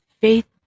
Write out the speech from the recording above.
faith